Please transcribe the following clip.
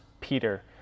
Peter